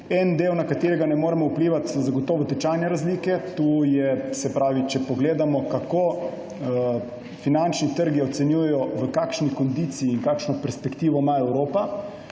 En del, na katerega pa ne moremo vplivati, so zagotovo tečajne razlike. Če pogledamo, kako finančni trgi ocenjujejo, v kakšni kondiciji in kakšno perspektivo ima Evropa,